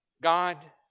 God